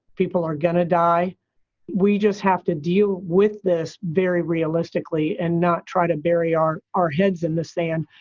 people are going to die we just have to deal with this very realistically and not try to bury our our heads in the sand.